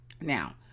Now